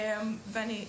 ואני,